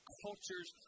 cultures